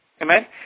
Amen